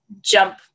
jump